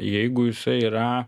jeigu jisai yra